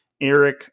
Eric